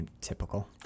typical